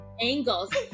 angles